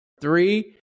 three